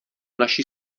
naši